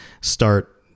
start